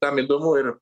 kam įdomu ir